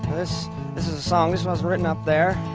this this song was written up there.